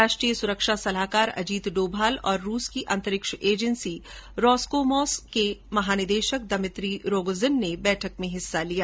राष्ट्रीय सुरक्षा सलाहकार अजित डोभाल और रूस की अंतरिक्ष एजेंसी रोसकोसमोस के महानिदेशक दमित्री रोगोजिन ने बैठक में हिस्सा लिया